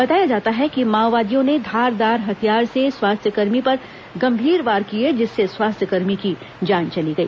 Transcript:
बताया जाता है कि माओवादियों ने धारदार हथियार से स्वास्थ्यकर्मी पर गंभीर वार किए जिससे स्वास्थ्यकर्मी की जान चली गई